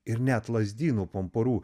ir net lazdynų pumpurų